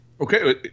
Okay